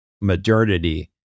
modernity